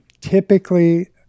typically